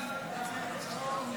סעיף 6, כהצעת הוועדה,